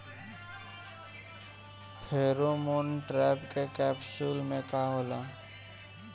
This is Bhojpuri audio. फेरोमोन ट्रैप कैप्सुल में का होला?